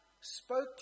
spoke